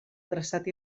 traçat